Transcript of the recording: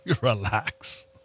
Relax